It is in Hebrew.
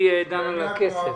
אני דן על הכסף.